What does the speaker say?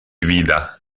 vida